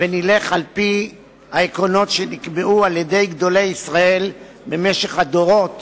ונלך על-פי העקרונות שקבעו גדולי ישראל במשך הדורות